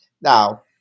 Now